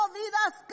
vidas